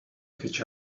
catch